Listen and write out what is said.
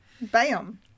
Bam